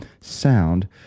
sound